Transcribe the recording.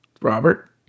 robert